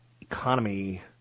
economy